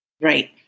Right